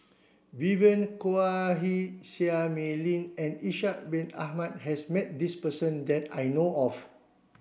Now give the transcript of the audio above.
Vivien Quahe Seah Mei Lin and Ishak bin Ahmad has met this person that I know of